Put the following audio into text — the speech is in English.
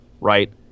right